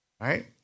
right